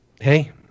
Hey